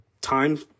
time